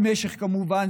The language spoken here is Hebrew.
כמובן,